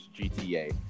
GTA